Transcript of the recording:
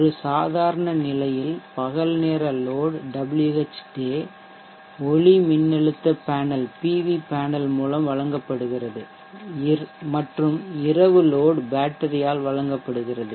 ஒரு சாதாரண நிலையில் பகல் நேர லோட் Whday ஒளிமின்னழுத்த பேனல் பி வி பேனல் மூலம் வழங்கப்படுகிறது மற்றும் இரவு லோட் பேட்டரியால் வழங்கப்படுகிறது